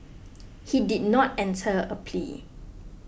he did not enter a plea